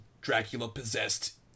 Dracula-possessed